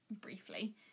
briefly